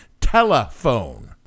telephone